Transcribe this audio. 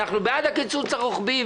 אנחנו בעד הקיצוץ הרוחבי,